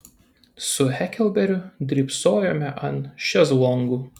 su heklberiu drybsojome ant šezlongų